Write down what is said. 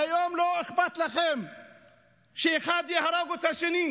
היום לא אכפת לכם שאחד יהרוג את השני,